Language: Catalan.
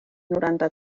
noranta